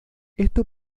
esto